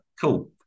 Cool